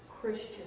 Christian